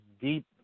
deep